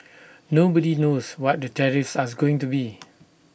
nobody knows what the tariffs are going to be